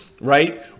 Right